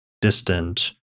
distant